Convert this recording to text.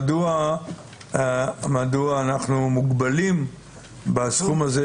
מדוע אנחנו מוגבלים בסכום הזה,